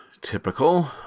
Typical